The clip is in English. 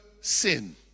sin